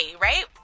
right